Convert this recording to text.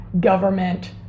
government